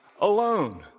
alone